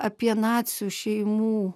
apie nacių šeimų